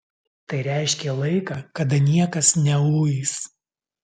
tai reiškė laiką kada niekas neuis